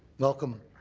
welcome.